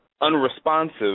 unresponsive